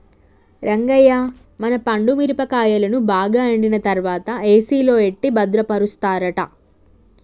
రంగయ్య మన పండు మిరపకాయలను బాగా ఎండిన తర్వాత ఏసిలో ఎట్టి భద్రపరుస్తారట